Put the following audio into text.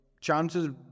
chances